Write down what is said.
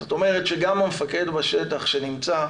זאת אומרת שגם המפקד בשטח שנמצא